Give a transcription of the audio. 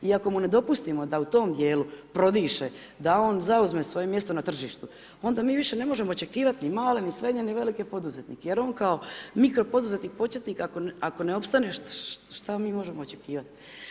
I ako mu ne dopustimo da u tom dijelu prodiše, da on zauzme svoje mjesto na tržištu, onda mi više ne možemo očekivati ni male, ni srednje, ni velike poduzetnike, jer on kao mikro poduzetnik, početnik, ako ne opstaneš, šta mi možemo očekivati?